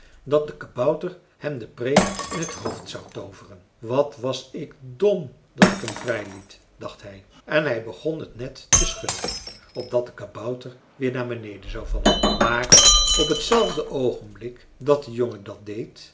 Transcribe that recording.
dat de kabouter hem de preek in t hoofd zou tooveren wat was ik dom dat ik hem vrij liet dacht hij en hij begon het net te schudden opdat de kabouter weer naar beneden zou vallen maar op hetzelfde oogenblik dat de jongen dat deed